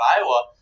Iowa